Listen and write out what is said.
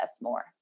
more